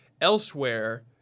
elsewhere